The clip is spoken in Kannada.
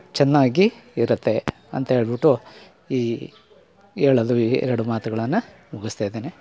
ಚೆನ್ನಾಗಿ ಇರುತ್ತೆ ಅಂತ ಹೇಳ್ಬುಟ್ಟು ಈ ಹೇಳಲು ಎರಡು ಮಾತುಗಳನ್ನ ಮುಗಿಸ್ತಾ ಇದ್ದೇನೆ